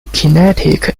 kinetic